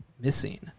missing